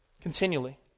Continually